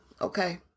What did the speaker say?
Okay